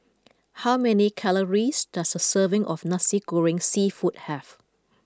how many calories does a serving of Nasi Goreng seafood have